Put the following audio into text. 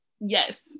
yes